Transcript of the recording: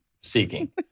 seeking